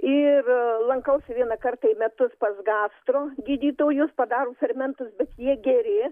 ir lankausi vieną kartą į metus pas gastro gydytojus padaro fermentus bet jie geri